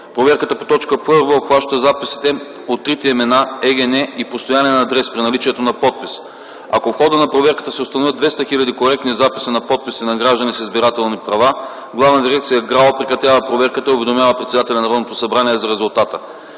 Проверката по т. 1 обхваща записите от трите имена, ЕГН и постоянен адрес при наличието на подпис. Ако в хода на проверката се установят 200 000 коректни записа на подписи на граждани с избирателни права, Главна дирекция ГРАО прекратява проверката и уведомява председателя на Народното